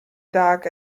dug